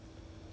ya